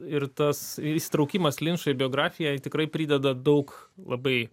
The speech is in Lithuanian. ir tas įsitraukimas linčo į biografiją tikrai prideda daug labai